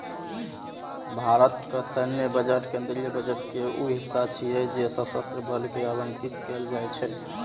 भारतक सैन्य बजट केंद्रीय बजट के ऊ हिस्सा छियै जे सशस्त्र बल कें आवंटित कैल जाइ छै